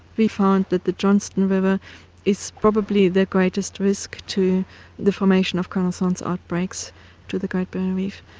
we found that the johnstone river is probably the greatest risk to the formation of crown of thorns outbreaks to the great barrier reef,